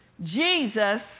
Jesus